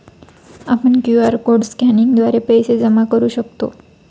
आपण QR code स्कॅनिंगद्वारे पैसे जमा करू शकतो